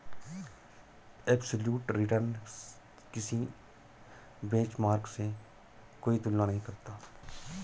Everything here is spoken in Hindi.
एबसोल्यूट रिटर्न किसी बेंचमार्क से कोई तुलना नहीं करता